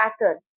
pattern